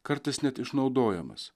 kartais net išnaudojamas